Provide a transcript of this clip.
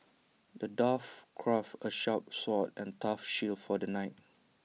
the dwarf crafted A sharp sword and A tough shield for the knight